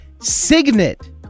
Signet